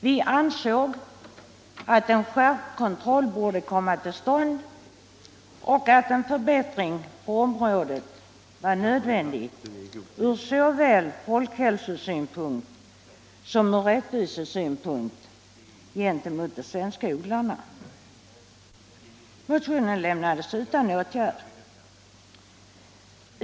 Vi ansåg att en skärpt kontroll borde komma till stånd och att en förbättring på området var nödvändig såväl ur folkhälsosynpunkt som ur den synpunkten att det skulle råda rättvisa gentemot de svenska odlarna. Motionen lämnades utan åtgärd.